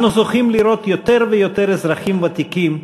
אנו זוכים לראות יותר ויותר אזרחים ותיקים,